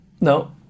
No